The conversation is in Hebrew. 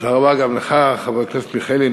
תודה רבה גם לך, חבר הכנסת מיכאלי.